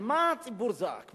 על מה הציבור זעק?